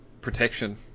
protection